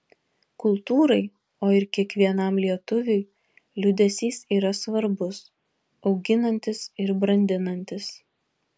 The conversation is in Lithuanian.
kultūrai o ir kiekvienam lietuviui liūdesys yra svarbus auginantis ir brandinantis